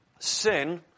Sin